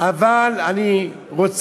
אני,